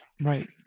right